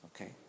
Okay